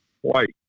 White